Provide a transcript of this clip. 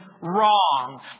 wrong